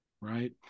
right